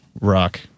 rock